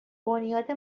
بنیاد